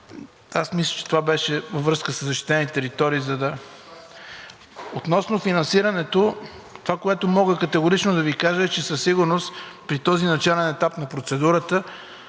ѝ. Мисля, че това беше във връзка със защитените територии. Относно финансирането това, което мога категорично да Ви кажа със сигурност при този начален етап на процедурата,